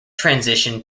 transitioned